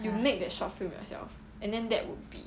you make that short film yourself and then that would be